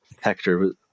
Hector